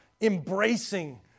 embracing